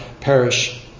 perish